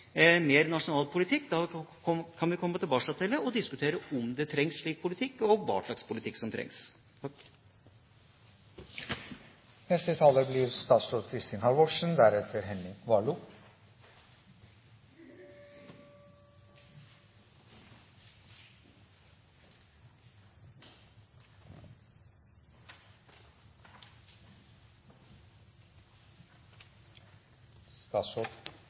mer nasjonal politikk, kan vi komme tilbake til det og diskutere om det trengs slik politikk, og hva slags politikk som trengs.